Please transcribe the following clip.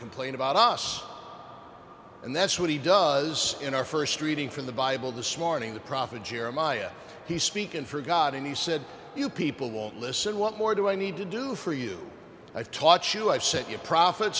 complain about us and that's what he does in our first reading from the bible this morning the prophet jeremiah he's speaking for god and he said you people won't listen what more do i need to do for you i've taught you i've set your pro